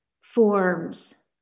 forms